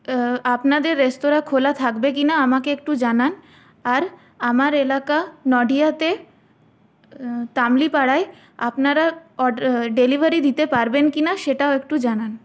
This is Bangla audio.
আপনাদের রেস্তোরা খোলা থাকবে কি না আমাকে একটু জানান আর আমার এলাকা নডিয়াতে তামলি পাড়ায় আপনারা ডেলিভারি দিতে পারবেন কি না সেটাও একটু জানান